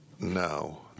no